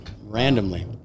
Randomly